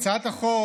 הצעת החוק